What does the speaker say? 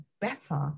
better